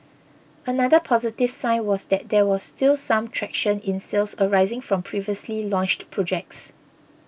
another positive sign was that there was still some traction in sales arising from previously launched projects